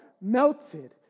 melted